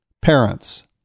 parents